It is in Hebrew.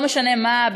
לא משנה מה,